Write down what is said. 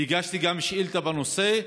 וגם הגשתי שאילתה בנושא,